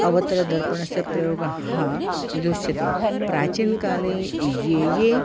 अवतरदर्पणस्य प्रयोगः दृश्यते प्राचीनकाले ये ये